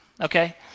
okay